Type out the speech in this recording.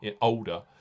older